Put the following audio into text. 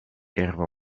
herba